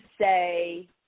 say –